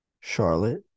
Charlotte